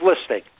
listening